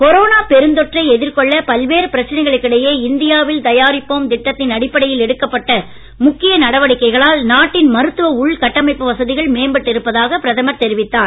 corona பெருந்தொற்றை எதிர்கொள்ள பல்வேறு பிரச்சனைகளுக்கு இடையே இந்தியாவில் தயாரிப்போம் திட்டத்தின் அடிப்படையில் எடுக்கப்பட்ட முக்கிய நடவடிக்கைகளால் நாட்டின் மருத்துவ உள்கட்டமைப்பு வசதிகள் மேம்பட்டு இருப்பதாக பிரதமர் தெரிவித்தார்